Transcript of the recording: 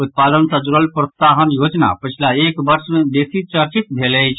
उत्पादन सॅ जुड़ल प्रोत्साहन योजना पछिला एक वर्ष मे बेसी चर्चित भेल अछि